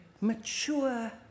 mature